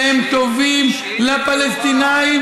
שהם טובים לפלסטינים,